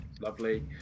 lovely